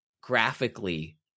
graphically